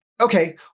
Okay